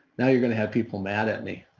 now you're going to have people mad at me.